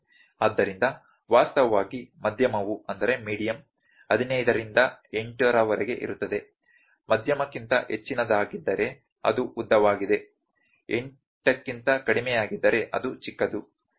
ಆದ್ದರಿಂದ ವಾಸ್ತವವಾಗಿ ಮಧ್ಯಮವು 15 ರಿಂದ 8 ರವರೆಗೆ ಇರುತ್ತದೆ ಮಧ್ಯಮಕ್ಕಿಂತ ಹೆಚ್ಚಿನದಾಗಿದ್ದರೆ ಅದು ಉದ್ದವಾಗಿದೆ 8 ಕ್ಕಿಂತ ಕಡಿಮೆಯಾಗಿದ್ದರೆ ಅದು ಚಿಕ್ಕದು